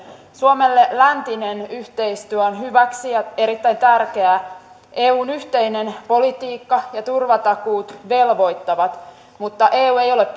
suomelle läntinen yhteistyö on hyväksi ja erittäin tärkeää eun yhteinen politiikka ja turvatakuut velvoittavat mutta eu ei ole